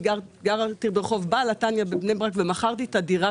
גרתי ברח' בעל התניא בבני ברק ומכרתי את הדירה